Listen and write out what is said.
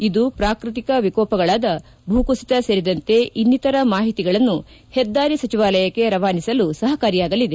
ಇದು ಪ್ರಾಕೃತಿಕ ವಿಕೋಪಗಳಾದ ಭೂ ಕುಸಿತ ಸೇರಿದಂತೆ ಇನ್ನಿತರ ಮಾಹಿತಿಗಳನ್ನು ಹೆದ್ದಾರಿ ಸಚಿವಾಲಯಕ್ಕೆ ರವಾನಿಸಲು ಸಹಕಾರಿಯಾಗಲಿದೆ